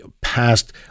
past